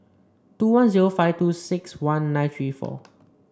two one zero five two six one nine three four